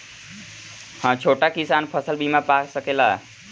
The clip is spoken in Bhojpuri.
हा छोटा किसान फसल बीमा पा सकेला?